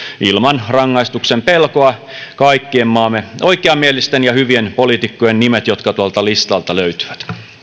ilman rangaistuksen pelkoa kaikkien maamme oikeamielisten ja hyvien poliitikkojen nimet jotka tuolta listalta löytyvät